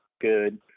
good